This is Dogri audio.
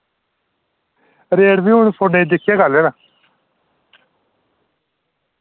रेट फ्ही हून फोने दिक्खियै करगे ना